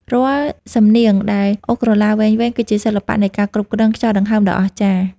រាល់សំនៀងដែលអូសក្រឡាវែងៗ គឺជាសិល្បៈនៃការគ្រប់គ្រងខ្យល់ដង្ហើមដ៏អស្ចារ្យ។